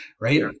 right